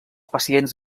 pacients